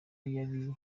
yari